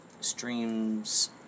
streams